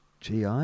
GI